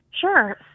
Sure